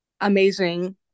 amazing